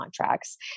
contracts